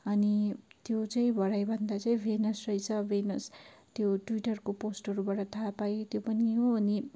अनि त्यो चाहिँ भरे भन्दा चाहिँ भेनस रहेछ भेनस त्यो ट्युटरको पोस्टहरूबाट थाहा पाएँ त्यो पनि हो अनि